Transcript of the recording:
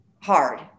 hard